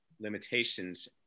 limitations